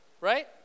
right